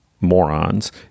morons